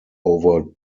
over